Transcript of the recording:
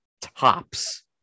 tops